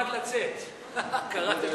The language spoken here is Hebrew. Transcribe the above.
בבקשה.